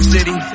City